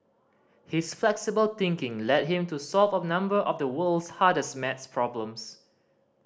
his flexible thinking led him to solve a number of the world's hardest Maths problems